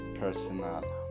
personal